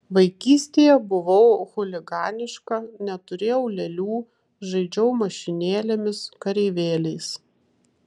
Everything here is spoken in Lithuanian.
vaikystėje buvau chuliganiška neturėjau lėlių žaidžiau mašinėlėmis kareivėliais